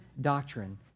doctrine